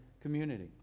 community